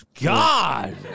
God